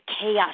chaos